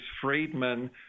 Friedman